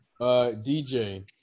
DJ